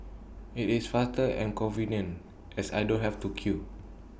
IT is faster and convenient as I don't have to queue